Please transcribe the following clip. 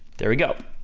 there we go.